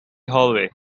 hallway